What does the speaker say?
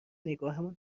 نگاهمان